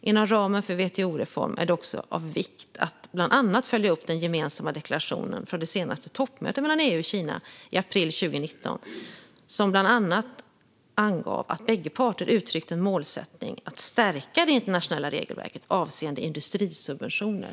Inom ramen för WTO-reformen är det också av vikt att bland annat följa upp den gemensamma deklarationen från det senaste toppmötet mellan EU och Kina i april 2019, som bland annat angav att bägge parter uttryckte en målsättning att stärka det internationella regelverket avseende industrisubventioner.